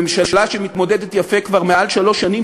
ממשלה שמתמודדת יפה כבר מעל שלוש שנים,